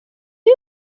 you